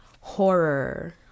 horror